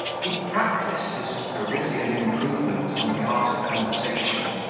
he practised his parisian improvements on the art of conversation,